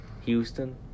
Houston